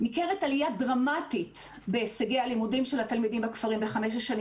ניכרת עלייה דרמטית בהישגי הלימודים של התלמידים בכפרים בחמש השנים